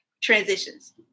transitions